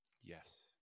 Yes